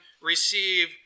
receive